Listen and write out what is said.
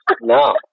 No